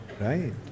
Right